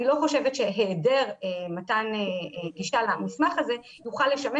אני חושבת שהיעדר מתן המסמך הזה יוכל לשמש